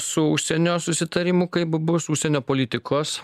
su užsienio susitarimu kaip bus užsienio politikos